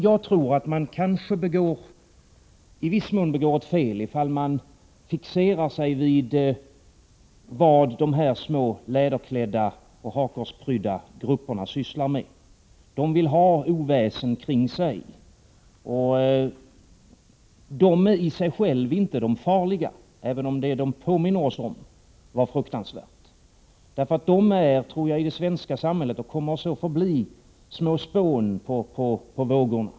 Jag tror att man kanske i viss mån begår ett fel om man fixerar sig vid vad de här små läderklädda och hakkorsprydda grupperna sysslar med. De vill ha oväsen kring sig, och de är i sig själva inte de farliga, även om det som de förhindra nynazismens spridning i Sverige påminner oss om var fruktansvärt. De är i det svenska samhället — och kommer så att förbli — små spån.